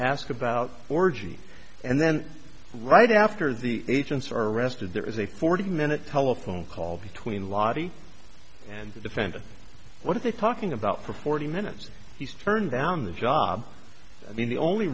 ask about orgies and then right after the agents are arrested there is a forty minute telephone call between lottie and the defendant what are they talking about for forty minutes he's turned down the job i mean the only